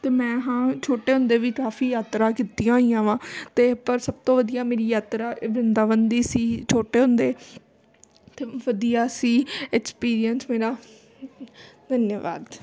ਅਤੇ ਮੈਂ ਹਾਂ ਛੋਟੇ ਹੁੰਦੇ ਵੀ ਕਾਫੀ ਯਾਤਰਾ ਕੀਤੀਆਂ ਹੋਈਆਂ ਵਾ ਅਤੇ ਪਰ ਸਭ ਤੋਂ ਵਧੀਆ ਮੇਰੀ ਯਾਤਰਾ ਵਰਿੰਦਾਵਨ ਦੀ ਸੀ ਛੋਟੇ ਹੁੰਦੇ ਅਤੇ ਵਧੀਆ ਸੀ ਐਕਸਪੀਰੀਅੰਸ ਮੇਰਾ ਧੰਨਵਾਦ